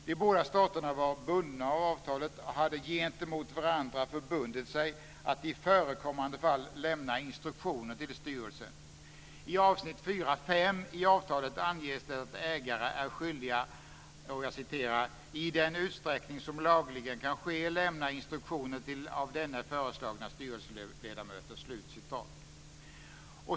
De båda staterna var bundna av avtalet och hade gentemot varandra förbundit sig att i förekommande fall lämna instruktioner till styrelsen. I avsnitt 4.5 i avtalet anges det att ägare är skyldiga att "i den utsträckning så lagligen kan ske lämna instruktioner till av denne föreslagna styrelseledamöter".